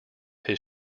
his